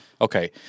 Okay